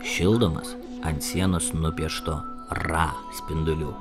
šildomas ant sienos nupiešto ra spindulių